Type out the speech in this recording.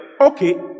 Okay